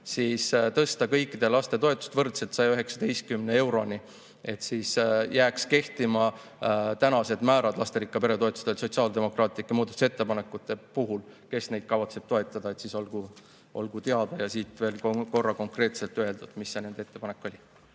arvel tõsta kõikide laste toetust võrdselt 119 euroni. Siis jääks kehtima tänased määrad lasterikka pere toetusel sotsiaaldemokraatide muudatusettepanekute järgi. Kes neid kavatseb toetada, siis olgu teada ja siit veel korra konkreetselt öeldud, mis see nende ettepanek oli.